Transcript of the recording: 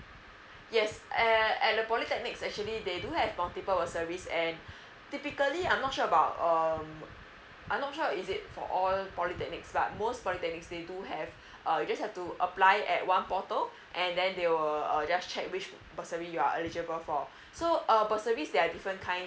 yes at at the polytechnic actually they do have multiple bursaries and typically I'm not sure about um I'm not sure is it for all polytechnic like most polytechnic they do have uh you just have to apply at one portal and then they will uh just check which bursary you are eligible for so uh bursaries there're different kinds